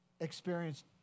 experienced